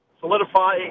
solidify